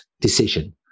decision